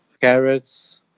carrots